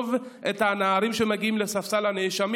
מרשיעים את הנערים שמגיעים לספסל הנאשמים,